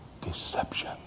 Deception